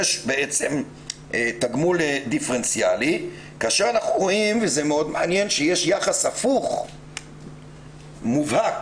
יש תגמול דיפרנציאלי ואנחנו רואים שיש יחס הפוך ומובהק